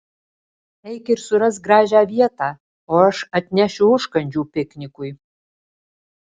eik ir surask gražią vietą o aš atnešiu užkandžių piknikui